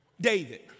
David